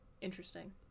Interesting